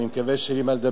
נו, איך שאתה רוצה.